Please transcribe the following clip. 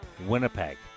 Winnipeg